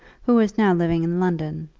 who was now living in london,